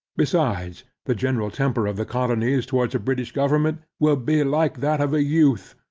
besides, the general temper of the colonies, towards a british government, will be like that of a youth,